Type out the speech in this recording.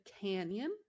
canyon